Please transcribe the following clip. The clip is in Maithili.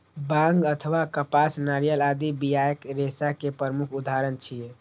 बांग अथवा कपास, नारियल आदि बियाक रेशा के प्रमुख उदाहरण छियै